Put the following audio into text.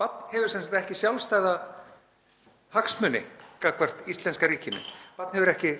Barn hefur sem sagt ekki sjálfstæða hagsmuni gagnvart íslenska ríkinu, hefur ekki